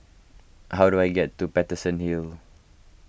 how do I get to Paterson Hill